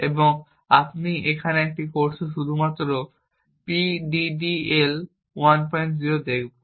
এবং আমরা এখানে এই কোর্সে শুধুমাত্র PDDL 10 দেখব